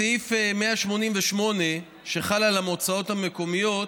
בסעיף 188, שחל על המועצות המקומיות,